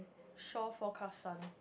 show for Kasan